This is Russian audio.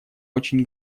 очень